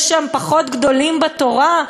יש שם פחות גדולים בתורה?